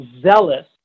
zealous